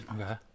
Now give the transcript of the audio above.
Okay